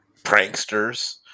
pranksters